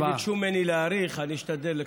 מאחר שביקשו ממני להאריך, אני אשתדל לקצר.